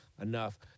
enough